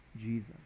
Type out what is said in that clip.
Jesus